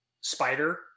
spider